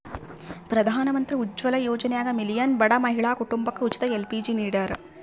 ಪ್ರಧಾನಮಂತ್ರಿ ಉಜ್ವಲ ಯೋಜನ್ಯಾಗ ಮಿಲಿಯನ್ ಬಡ ಮಹಿಳಾ ಕುಟುಂಬಕ ಉಚಿತ ಎಲ್.ಪಿ.ಜಿ ನಿಡ್ಯಾರ